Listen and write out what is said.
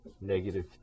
negative